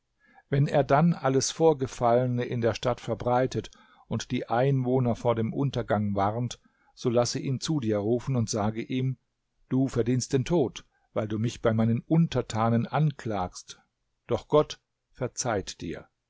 wenn er dann alles vorgefallene in der stadt verbreitet und die einwohner vor dem untergang warnt so lasse ihn zu dir rufen und sage ihm du verdienst den tod weil du mich bei meinen untertanen anklagst doch gott verzeiht dir